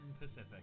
Pacific